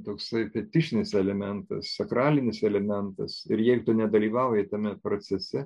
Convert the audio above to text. toksai kaip tišinis elementas sakralinis elementas ir jei tu nedalyvauji tame procese